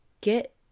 get